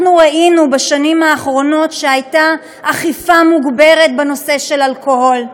אנחנו ראינו בשנים האחרונות שהייתה אכיפה מוגברת בנושא של אלכוהול,